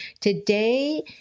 Today